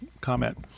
comment